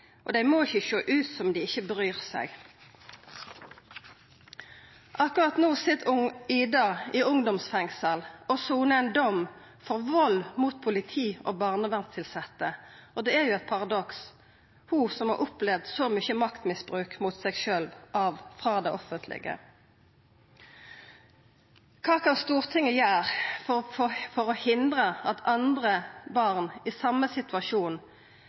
Og dei må ikkje sjå ut som om dei ikkje bryr seg. Akkurat no sit «Ida» i ungdomsfengsel og sonar ein dom for vald mot politi og barnevernstilsette. Det er eit paradoks med tanke på at ho har opplevd så mykje maktmisbruk mot seg sjølv, frå det offentlege. Kva kan Stortinget gjera for å hindra at andre barn i same situasjon,